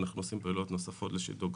אנחנו עושים פעילויות נוספות לשדרוג